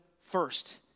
first